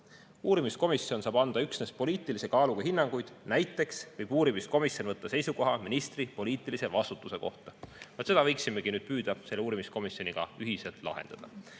"Uurimiskomisjon saab anda üksnes poliitilise kaaluga hinnanguid. Näiteks võib uurimiskomisjon võtta seisukoha ministri poliitilisevastutuse kohta." Vot seda võiksimegi nüüd püüda selle uurimiskomisjoniga ühiselt lahendada.